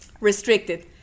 restricted